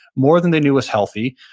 more than they knew was healthy,